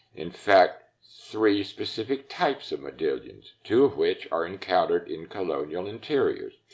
in fact, three specific types of modillions, two of which are encountered in colonial interiors.